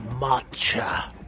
Matcha